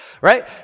right